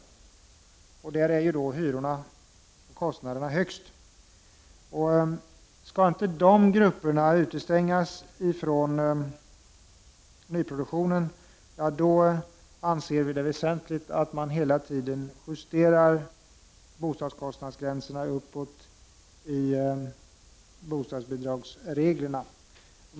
Där är hyrorna och kostnaderna högst. Om inte dessa grupper skall utestängas från nyproduktionen, är det väsentligt att man hela tiden justerar bostadskostnadsgränserna för bostadsbidrag uppåt. Herr talman!